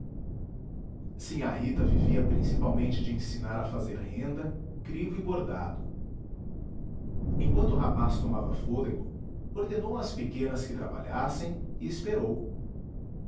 mãos sinhá rita vivia principalmente de ensinar a fazer renda crivo e bordado enquanto o rapaz tomava fôlego ordenou às pequenas que trabalhassem e esperou